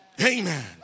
Amen